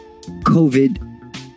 COVID